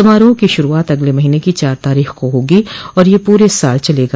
समारोह की शुरुआत अगले महीने की चार तारीख को होगी और यह पूरे साल चलेगा